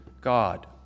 God